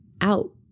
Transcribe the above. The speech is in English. out